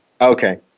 Okay